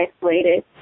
isolated